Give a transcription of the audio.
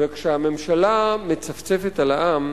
כשהממשלה מצפצפת על העם,